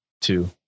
two